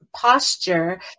posture